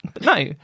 No